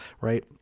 right